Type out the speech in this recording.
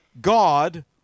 God